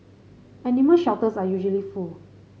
animal shelters are usually full